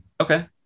okay